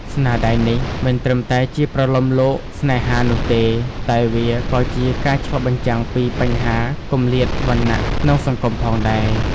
ស្នាដៃនេះមិនត្រឹមតែជាប្រលោមលោកស្នេហានោះទេ តែវាក៏ជាការឆ្លុះបញ្ចាំងពីបញ្ហាគម្លាតវណ្ណៈក្នុងសង្គមផងដែរ។